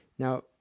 Now